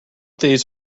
thieves